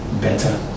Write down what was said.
better